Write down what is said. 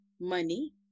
money